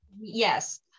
Yes